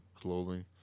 clothing